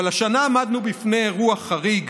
אבל השנה עמדנו בפני אירוע חריג